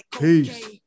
Peace